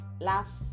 laugh